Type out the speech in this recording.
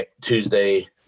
Tuesday